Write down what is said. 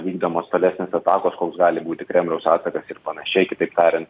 vykdomos tolesnės atakos koks gali būti kremliaus atsakas ir panašiai kitaip tariant